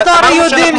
אנחנו הרי יודעים,